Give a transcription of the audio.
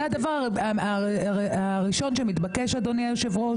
זה הדבר הראשון שמתבקש, אדוני היושב-ראש.